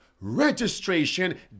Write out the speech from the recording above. registration